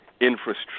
infrastructure